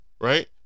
right